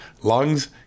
lungs